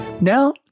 Now